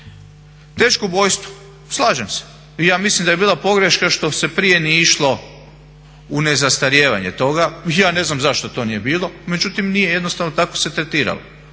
Teško ubojstvo, slažem se, i ja mislim da je bila pogreška što se nije išlo u nezastarijevanje toga, ja ne znam zašto to nije bilo, međutim nije. Jednostavno se tako tretiralo.